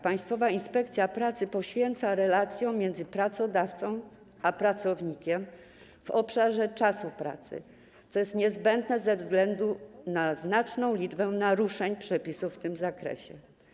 Państwowa Inspekcja Pracy poświęca wiele uwagi relacjom między pracodawcą a pracownikiem w zakresie czasu pracy, co jest niezbędne ze względu na znaczną liczbę naruszeń przepisów w tym obszarze.